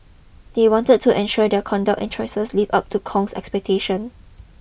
they wanted to ensure their conduct and choices lived up to Kong's expectations